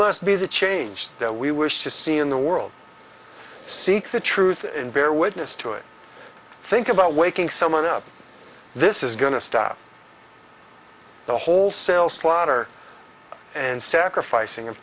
must be the change that we wish to see in the world seek the truth and bear witness to it think about waking someone up this is going to stop the wholesale slaughter and sacrificing of